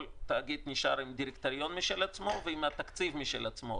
כל תאגיד נשאר עם דירקטוריון משל עצמו ועם תקציב משל עצמו.